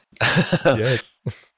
yes